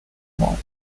mall